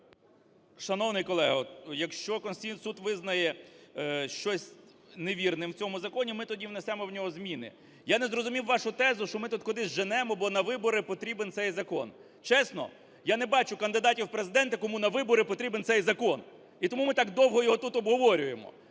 Шановний колего, якщо Конституційний Суд визнає щось невірним в цьому законі, ми тоді внесемо в нього зміни. Я не зрозумів вашу тезу, що ми тут кудись женемо, бо на вибори потрібен цей закон. Чесно, я не бачу кандидатів в Президенти, кому на вибори потрібен цей закон, і тому ми так довго його тут обговорюємо.